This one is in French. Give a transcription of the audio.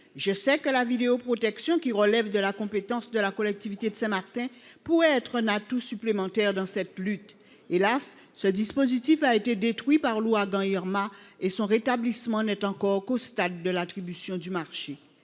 Je sais que la vidéoprotection, qui relève de la compétence de la collectivité de Saint Martin, pourrait constituer un atout supplémentaire dans cette lutte. Hélas ! ce dispositif a été détruit par l’ouragan Irma et son rétablissement n’est encore qu’au stade de l’attribution du marché.